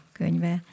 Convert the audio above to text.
könyve